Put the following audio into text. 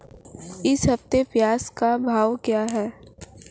इस हफ्ते प्याज़ का बाज़ार भाव क्या है?